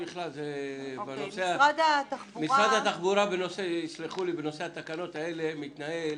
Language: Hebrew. משרד התחבורה, יסלחו לי, בנושא התקנות האלה מתנהל